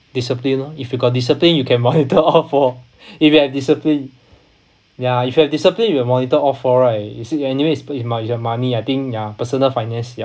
discipline lor if you got discipline you can monitor all four if you have discipline ya if you have discipline you will monitor all four right you see anyway it's your money I think ya personal finance ya